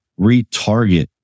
retarget